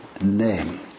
name